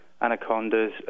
anacondas